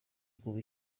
kuva